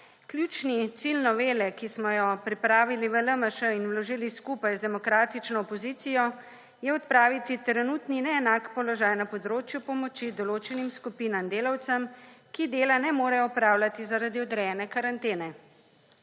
Ključni cilj novele, ki smo jo pripravili v LMŠ in vložili skupaj z demokratično opozicijo, je odpraviti trenutni neenak položaj na področju pomoči določenim skupinam delavcev, ki dela ne morejo opravljati zaradi odrejene karantene.